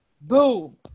Boom